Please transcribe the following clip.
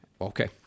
Okay